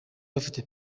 bafite